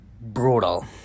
brutal